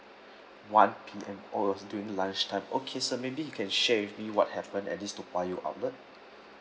one P_M oh it's during lunch time okay sir may be you can share with me what happened at this toa payoh outlet